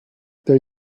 they